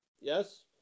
Yes